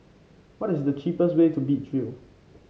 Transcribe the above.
what is the cheapest way to Beach View